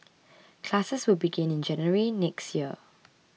classes will begin in January next year